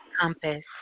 compass